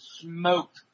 smoked